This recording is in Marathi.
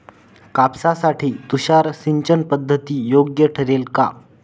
कापसासाठी तुषार सिंचनपद्धती योग्य ठरेल का?